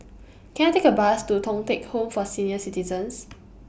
Can I Take A Bus to Thong Teck Home For Senior Citizens